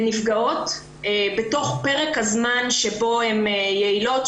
לנפגעות בתוך פרק זמן קצר מאוד שרק בו הן אמורות להיות יעילות.